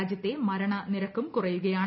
രാജ്യത്തെ മരണനിരക്കും കുറയുകയാണ്